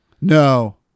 No